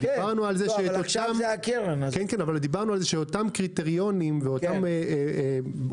ודיברנו על זה שאותם קריטריונים ואותה